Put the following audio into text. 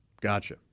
Gotcha